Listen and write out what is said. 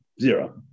Zero